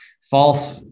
false